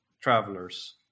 travelers